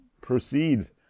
proceed